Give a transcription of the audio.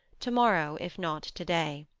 to-morrow if not to-day.